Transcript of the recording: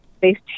based